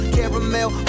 Caramel